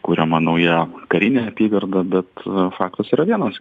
kuriama nauja karinė apygarda bet faktas yra vienas